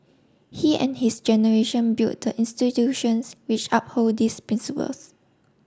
he and his generation built the institutions which uphold these principles